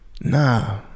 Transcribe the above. Nah